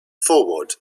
forward